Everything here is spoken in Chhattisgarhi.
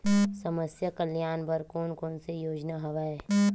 समस्या कल्याण बर कोन कोन से योजना हवय?